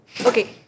okay